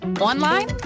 online